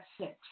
six